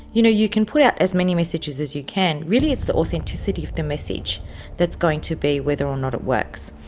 you know, you can put out as many messages as you can, really it's the authenticity of the message that's going to be whether or not it works.